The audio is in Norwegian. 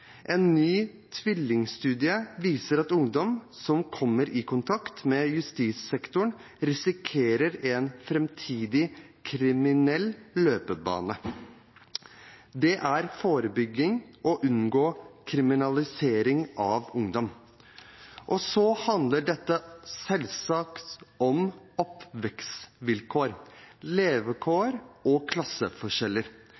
En ny tvillingstudie viser at ungdom som kommer i kontakt med justissektoren, risikerer en fremtidig kriminell løpebane. Det er forebygging å unngå kriminalisering av ungdom. Dette handler selvsagt om oppvekstvilkår,